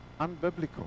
unbiblical